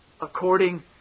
according